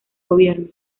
gobierno